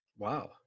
Wow